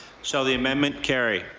shall the amendment carry.